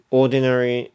ordinary